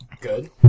Good